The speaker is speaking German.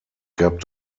gab